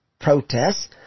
protests